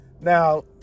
Now